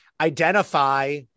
identify